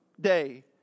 day